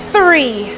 Three